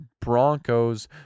Broncos